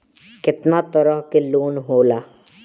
केतना तरह के लोन होला?